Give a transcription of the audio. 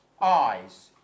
eyes